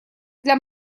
для